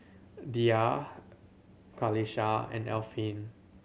dhia Qalisha and Alfian